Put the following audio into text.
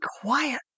quiet